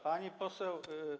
Pani Poseł!